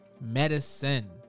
medicine